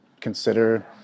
consider